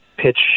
pitch